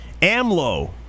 AMLO